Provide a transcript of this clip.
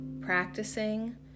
Practicing